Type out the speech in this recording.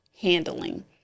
handling